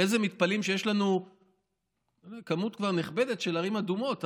אחרי זה מתפלאים שיש לנו כבר כמות נכבדת של ערים אדומות.